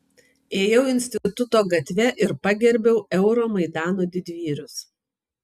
ėjau instituto gatve ir pagerbiau euromaidano didvyrius